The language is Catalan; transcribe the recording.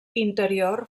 interior